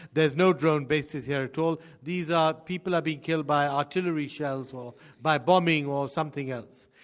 there're no drone bases here at all. these are people are being killed by artillery shells, or by bombing, or something else.